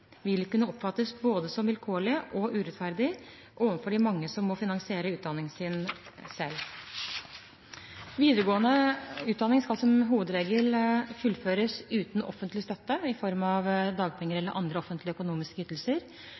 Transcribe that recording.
kunne oppfattes som både vilkårlig og urettferdig overfor de mange som må finansiere utdanningen selv. Videregående utdanning skal som hovedregel fullføres uten offentlig støtte i form av dagpenger eller andre offentlige økonomiske ytelser.